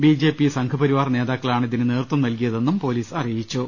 B J P സംഘപരിവാർ നേതാ ക്കളാണ് ഇതിന് നേതൃത്വം നല്കിയതെന്നും പൊലീസ് അറിയിച്ചു